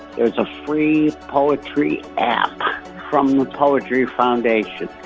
there is a free poetry app from the poetry foundation,